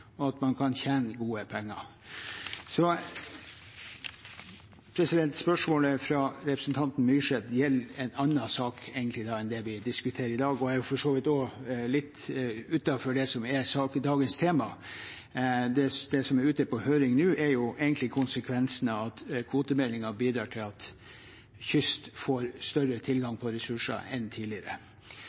og at man kan tjene gode penger. Spørsmålet fra representanten Myrseth gjelder egentlig en annen sak enn den vi diskuterer i dag, og er for så vidt også litt utenfor det som er dagens tema. Det som er ute på høring nå, er jo egentlig konsekvensen av at kvotemeldingen bidrar til at kyst får større tilgang på ressurser enn tidligere.